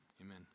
amen